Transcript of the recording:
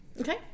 Okay